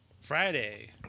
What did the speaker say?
Friday